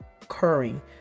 occurring